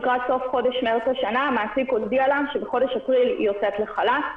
לקראת סוף חודש מרץ השנה המעסיק הודיע לה שבחודש אפריל היא יוצאת לחל"ת.